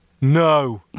No